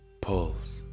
pulls